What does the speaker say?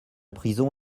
prison